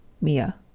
MIA